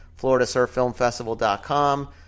floridasurffilmfestival.com